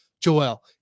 joel